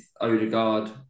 Odegaard